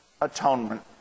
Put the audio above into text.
atonement